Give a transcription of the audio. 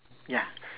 ya